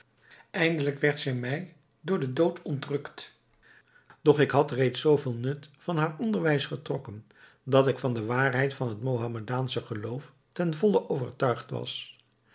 eindelijk werd zij mij door den dood ontrukt doch ik had reeds zoo veel nut van haar onderwijs getrokken dat ik van de waarheid van het mahomedaansche geloof ten volle overtuigd was